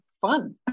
fun